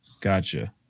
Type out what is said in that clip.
Gotcha